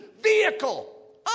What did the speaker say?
vehicle